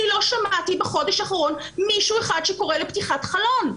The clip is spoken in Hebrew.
אני לא שמעתי בחודש האחרון מישהו אחד שקורא לפתיחת חלון.